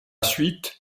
suite